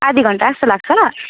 आधा घन्टा जस्तो लाग्छ